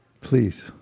Please